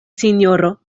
sinjoro